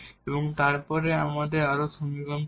এবং তারপরে আমরা সমীকরণ পাব